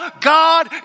God